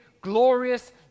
glorious